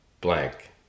blank